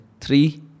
three